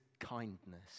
kindness